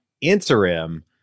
interim